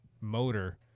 motor